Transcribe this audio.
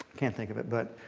can't think of it. but